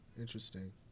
Interesting